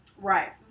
Right